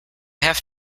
have